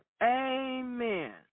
Amen